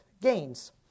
gains